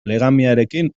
legamiarekin